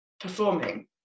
performing